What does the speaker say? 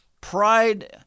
pride